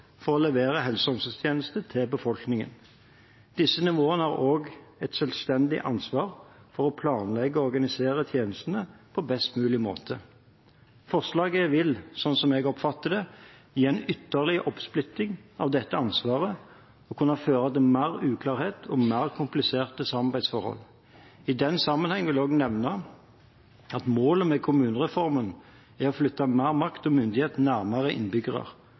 for å levere helse- og omsorgstjenester til befolkningen. Disse nivåene har også et selvstendig ansvar for å planlegge og organisere tjenestene på best mulig måte. Forslaget vil, slik jeg oppfatter det, gi en ytterligere oppsplitting av dette ansvaret og kunne føre til mer uklarhet og mer kompliserte samarbeidsforhold. I den sammenheng vil jeg også nevne at målet med kommunereformen er å flytte mer makt og myndighet nærmere